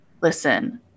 listen